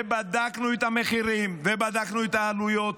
ובדקנו את המחירים ובדקנו את העלויות,